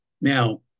Now